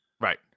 right